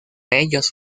ellos